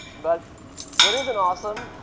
but what isn't awesome